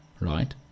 Right